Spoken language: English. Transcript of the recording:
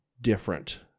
different